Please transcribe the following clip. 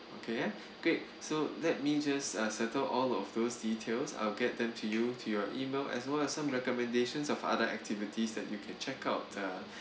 okay great so let me just uh settle all of those details I'll get them to you to your email as well as some recommendations of other activities that you can check out uh